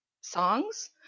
songs